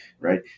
right